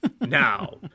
Now